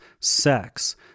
sex